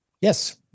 Yes